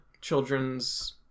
children's